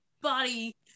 body